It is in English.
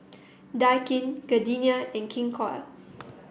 Daikin Gardenia and King Koil